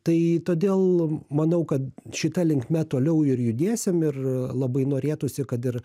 tai todėl manau kad šita linkme toliau ir judėsim ir labai norėtųsi kad ir